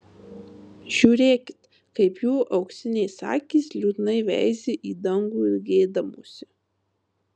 žiūrėkit kaip jų auksinės akys liūdnai veizi į dangų ilgėdamosi